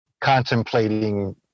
contemplating